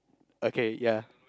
okay ya